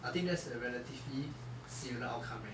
I think that's the relatively similar outcome eh